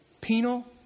Penal